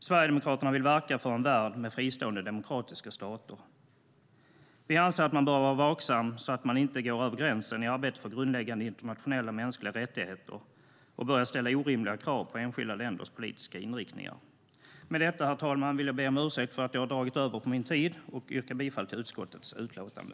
Sverigedemokraterna vill verka för en värld med fristående demokratiska stater. Vi anser att man bör vara vaksam så att man inte går över gränsen i arbetet för grundläggande internationella mänskliga rättigheter och börjar ställa orimliga krav på enskilda länders politiska inriktningar. Herr talman! Jag vill be om ursäkt för att jag har dragit över min tid och yrka bifall till förslaget i utskottets utlåtande.